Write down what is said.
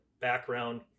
background